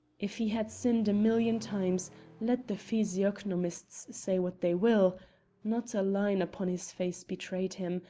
if he had sinned a million times let the physiognomists say what they will not a line upon his face betrayed him,